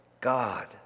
God